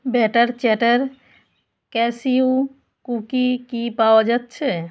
batter chatter cashew cookie কি পাওয়া যাচ্ছে